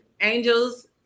angels